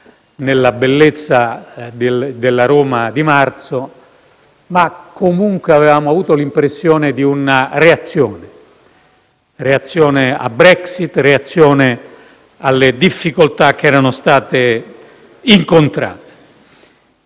nella bellezza della Roma di marzo, o per lo meno avevamo avuto l'impressione di una reazione a Brexit e alle difficoltà che erano state incontrate.